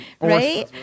right